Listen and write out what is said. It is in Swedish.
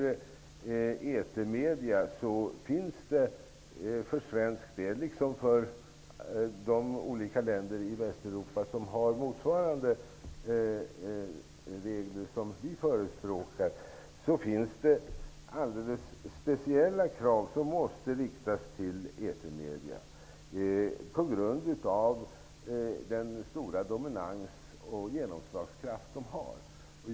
Det finns för svensk del, liksom för de olika länder i Västeuropa som har motsvarande regler som de vi förespråkar, alldeles speciella krav som måste riktas till etermedierna på grund av den stora dominans och genomslagskraft som de har.